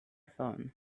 phone